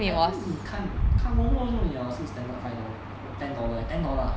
I think 你看看 world world 够了是 standard ten dollar ten dollar ah